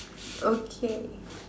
okay